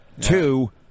Two